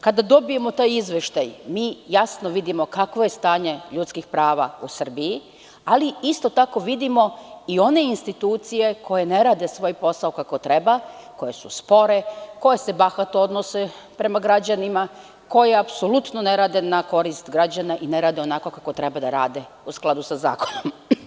Kada dobijemo taj izveštaj, mi jasno vidimo kakvo je stanje ljudskih prava u Srbiji, ali isto tako vidimo i one institucije koje ne rade svoj posao kako treba, koje su spore, koje se bahato odnose prema građanima, koje ne rade na korist građana i ne rade onako kako treba da rade u skladu sa zakonom.